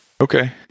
Okay